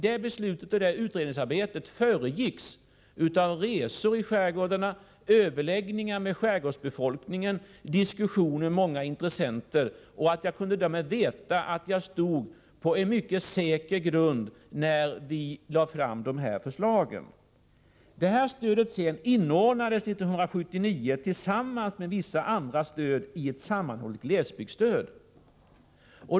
Det beslutet och det utredningsarbetet föregicks av resor i skärgården, överläggningar med skärgårdsbefolkningen samt diskussioner med många intressenter, och jag kunde därför veta att jag stod på mycket säker grund när vi lade fram det här förslaget. Detta stöd inordnades 1979, tillsammans med vissa andra stöd, i ett sammanhållet glesbygdsstöd.